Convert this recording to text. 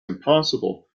impossible